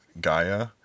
Gaia